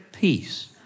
peace